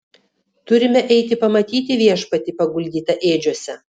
turime eiti pamatyti viešpatį paguldytą ėdžiose